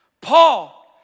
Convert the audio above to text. Paul